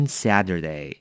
saturday 。